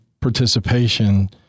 participation